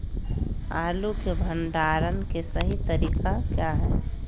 आलू के भंडारण के सही तरीका क्या है?